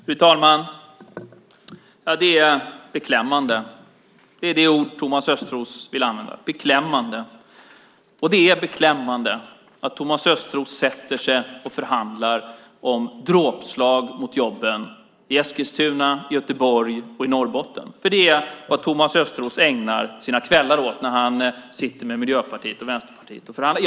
Fru talman! Det är beklämmande. Det är det ord Thomas Östros vill använda - beklämmande. Och det är beklämmande att Thomas Östros sätter sig ned för att förhandla om dråpslag mot jobben i Eskilstuna, i Göteborg och i Norrbotten. Det är vad Thomas Östros ägnar sina kvällar åt när han sitter med Miljöpartiet och Vänsterpartiet och förhandlar.